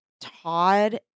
Todd